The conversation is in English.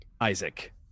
Isaac